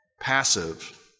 passive